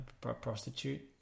prostitute